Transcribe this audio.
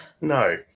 No